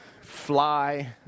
fly